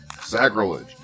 sacrilege